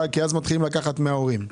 כי אז מתחילים לקחת מהילד.